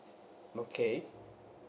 okay